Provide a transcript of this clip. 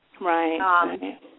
Right